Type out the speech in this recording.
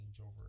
over